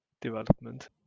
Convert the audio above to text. development